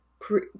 pre